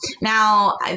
Now